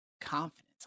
Confidence